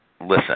listen